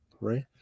right